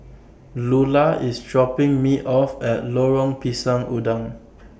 Lular IS dropping Me off At Lorong Pisang Udang